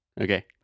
Okay